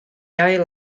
ail